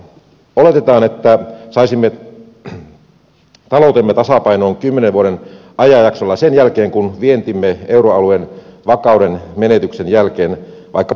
oletetaan että saisimme taloutemme tasapainoon kymmenen vuoden ajanjaksolla sen jälkeen kun vientimme euroalueen vakauden menetyksen jälkeen vaikka puolittuisi